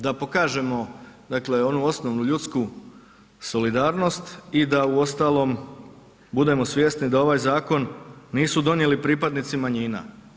Da pokažemo dakle onu osnovnu ljudsku solidarnost i da uostalom budemo svjesni da ovaj zakon nisu donijeli pripadnici manjina.